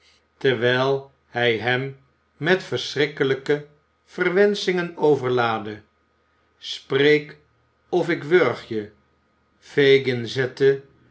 terwijl hij hem met verschrikkelijke verwenschingen overlaadde spreek of ik wurg je fagin zette